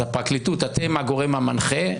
אז הפרקליטות, אתם הגורם המנחה.